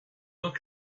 look